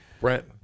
Brent